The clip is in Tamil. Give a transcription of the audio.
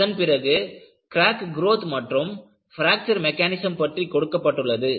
அதன்பிறகு கிராக் குரோத் மற்றும் பிராக்சர் மெக்கானிஸம்ஸ் பற்றி கொடுக்கப்பட்டுள்ளது